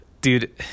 dude